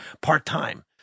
part-time